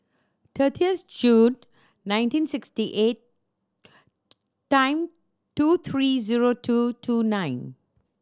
thirtieth June nineteen sixty eight ten two three zero two two nine